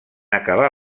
acabar